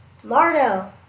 Mardo